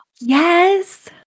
yes